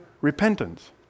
repentance